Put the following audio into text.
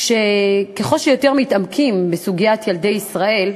ככל שמתעמקים בסוגיית ילדי ישראל,